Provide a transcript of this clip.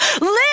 Live